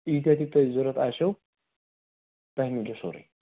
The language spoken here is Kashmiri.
ییٖتیٛاہ تہِ تۄہہِ ضوٚرتھ آسیو تۄہہِ مِلیو سورُے